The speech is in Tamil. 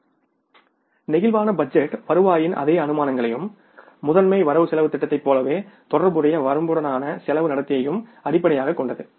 பிளேக்சிபிள் பட்ஜெட் வருவாயின் அதே அனுமானங்களையும் முதன்மை வரவு செலவுத் திட்டத்தைப் போலவே தொடர்புடைய வரம்புடனான செலவு நடத்தையையும் அடிப்படையாகக் கொண்டது